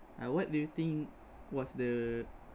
uh what do you think was the